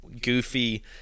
goofy